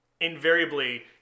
Invariably